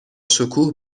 شکوه